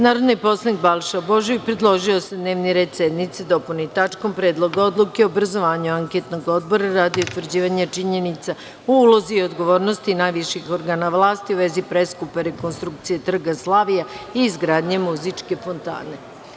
Narodni poslanik Balša Božović predložio je da se dnevni red sednice dopuni tačkom – Predlog odluke o obrazovanju Anketnog odbora radi utvrđivanja činjenica o ulozi i odgovornosti najviših organa vlasti u vezi preskupe rekonstrukcije Trga Slavija i izgradnje muzičke fontane.